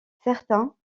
certains